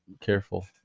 Careful